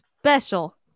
special